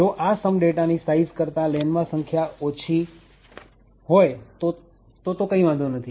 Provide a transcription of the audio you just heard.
જો આ some data ની સાઈઝ કરતા lenમાં સંખ્યા ઓછી હોય તો તો કાંઇ વાંધો નથી